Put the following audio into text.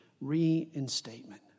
Reinstatement